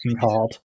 hard